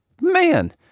man